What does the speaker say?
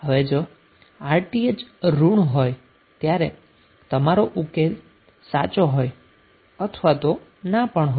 હવે જો Rth ઋણ હોય ત્યારે તમારો ઉકેલ સાચો હોય અથવા તો ના પણ હોય